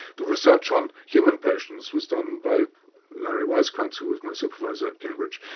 the research on human patients was done by larry weizkrantz who was my supervisor at cambridge,